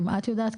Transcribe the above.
אם את יודעת,